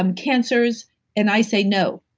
um cancers and i say, no,